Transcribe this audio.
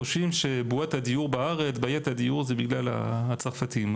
חושבים שבעיית הדיור בארץ זה בגלל הצרפתים,